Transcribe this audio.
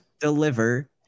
deliver